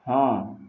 ହଁ